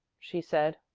she said.